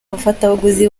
abafatabuguzi